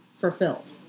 fulfilled